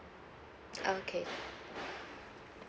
okay